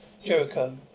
Jericho